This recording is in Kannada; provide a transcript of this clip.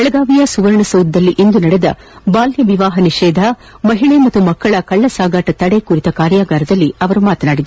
ಬೆಳಗಾವಿಯ ಸುವರ್ಣಸೌಧದಲ್ಲಿಂದು ನಡೆದ ಬಾಲ್ಯ ವಿವಾಹ ನಿಷೇಧ ಮಹಿಳೆ ಮತ್ತು ಮಕ್ಕಳ ಅನೈತಿಕ ಕಳ್ಳ ಸಾಗಾಣಿಕೆ ತಡೆ ಕುರಿತ ಕಾರ್ಯಾಗಾರದಲ್ಲಿ ಅವರು ಮಾತನಾಡಿದರು